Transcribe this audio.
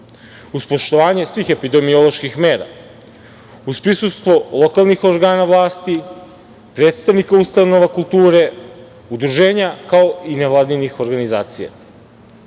uz poštovanje svih epidemioloških mera, uz prisustvo lokalnih organa vlasti, predstavnika ustanova kulture, udruženja, kao i nevladinih organizacija.Za